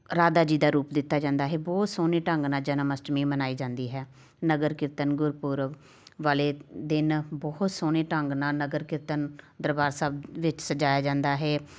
ਰਾਧਾ ਜੀ ਦਾ ਰੂਪ ਦਿੱਤਾ ਜਾਂਦਾ ਹੈ ਬਹੁਤ ਸੋਹਣੇ ਢੰਗ ਨਾਲ ਜਨਮ ਅਸ਼ਟਮੀ ਮਨਾਈ ਜਾਂਦੀ ਹੈ ਨਗਰ ਕੀਰਤਨ ਗੁਰਪੁਰਬ ਵਾਲੇ ਦਿਨ ਬਹੁਤ ਸੋਹਣੇ ਢੰਗ ਨਾਲ ਨਗਰ ਕੀਰਤਨ ਦਰਬਾਰ ਸਾਹਿਬ ਵਿੱਚ ਸਜਾਇਆ ਜਾਂਦਾ ਹੈ